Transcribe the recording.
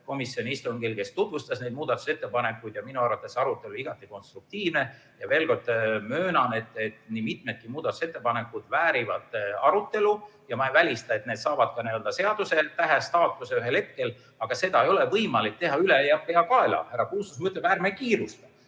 komisjoni istungil ja tutvustas neid muudatusettepanekuid. Minu arvates oli arutelu igati konstruktiivne. Veel kord möönan, et nii mitmedki muudatusettepanekud väärivad arutelu. Ma ei välista, et need saavad ka nii-öelda seadusetähe staatuse ühel hetkel, aga seda ei ole võimalik teha ülepeakaela. Härra Kruusimäe ütles, et ärme kiirustame.